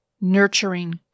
nurturing